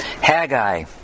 Haggai